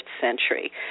Century